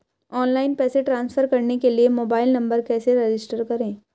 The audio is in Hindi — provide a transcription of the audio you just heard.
ऑनलाइन पैसे ट्रांसफर करने के लिए मोबाइल नंबर कैसे रजिस्टर करें?